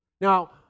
Now